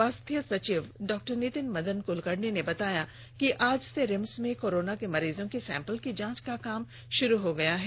स्वास्थ्य सचिव डॉ नितिन मदन कुलकर्णी ने बताया कि आज से रिम्स में कोरोना के मरीजों के सैंपल की जांच का काम शुरू हो गया है